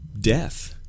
death